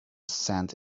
cent